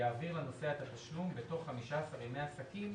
יעביר לנוסע את התשלום בתוך 15 ימי עסקים